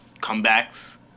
comebacks